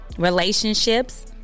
relationships